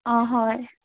অঁ হয়